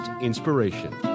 inspiration